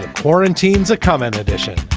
quarantine's a comment edition.